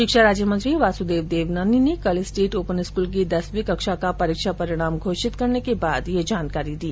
शिक्षा राज्यमंत्री वासुदेव देवनानी ने कल स्टेट ओपन स्कूल की दसवीं कक्षा का परीक्षा परिणाम घोषित करने के बाद ये जानकारी दी